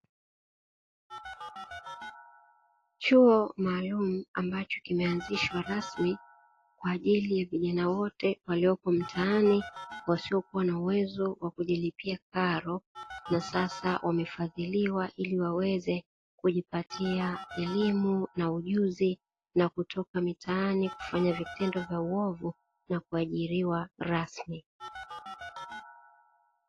Chuo maalum ambacho kimeanzishwa rasmi kwa ajili ya vijana wote walioko mtaani wasiokuwa na uwezo wa kujilipia karo, na sasa wamefadhiliwa ili waweze kujipatia elimu na ujuzi na kutoka mitaani kufanya vitendo vya uovu na kuajiriwa rasmi